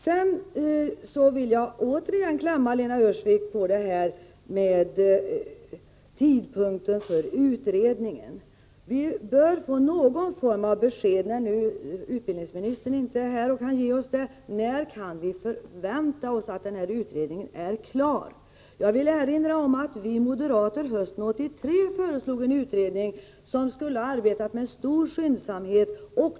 Jag vill sedan klämma Lena Öhrsvik på frågan om tiden för utredningen. Vi bör få någon form av besked — när nu inte utbildningsministern är här och kan ge oss det — om när vi kan förvänta oss att utredningen är klar. Jag vill erinra om att vi moderater hösten 1983 föreslog en utredning som skulle ha arbetat med stor skyndsamhet.